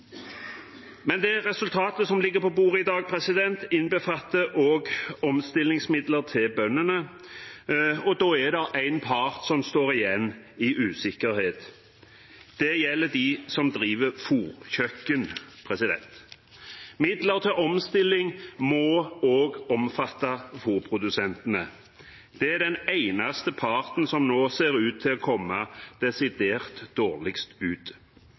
Det resultatet som ligger på bordet i dag, innbefatter også omstillingsmidler til bøndene. Da er det én part som står igjen i usikkerhet. Det gjelder de som driver fôrkjøkken. Midler til omstilling må også omfatte fôrprodusentene. Det er den parten som nå ser ut til å komme desidert dårligst ut.